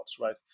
right